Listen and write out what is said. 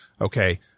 Okay